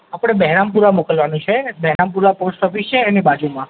આપણે બહેરામપુરા મોકલવાનું છે બહેરામરા પોસ્ટ ઑફિસ છે એની બાજુમાં